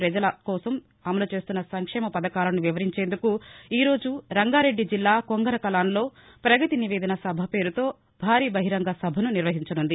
ప్రజల సంక్షేమం కోసం అమలు చేస్తున్న పథకాలను వివరించేందుకు ఈ రోజు రంగారెడ్డి జిల్లా కొంగరకలాన్లో ప్రగతి నివేదన సభ పేరుతో భారీ బహిరంగ సభ నిర్వహించనుంది